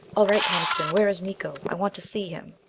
all right, coniston. where is miko? i want to see him.